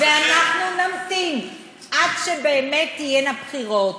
ואנחנו נמתין עד שבאמת תהיינה בחירות.